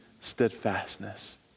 steadfastness